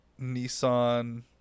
Nissan